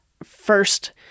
First